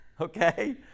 Okay